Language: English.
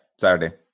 Saturday